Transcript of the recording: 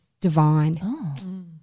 divine